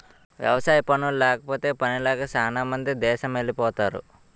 వ్యవసాయ పనుల్లేకపోతే పనిలేక సేనా మంది దేసమెలిపోతరు